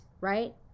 right